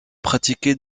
pratiquer